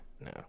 no